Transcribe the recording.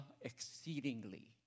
exceedingly